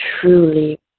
truly